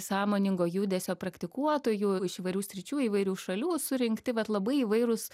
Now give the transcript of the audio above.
sąmoningo judesio praktikuotojų iš įvairių sričių įvairių šalių surinkti vat labai įvairūs